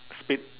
speed